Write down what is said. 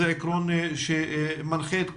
זה עקרון שמנחה את כולנו.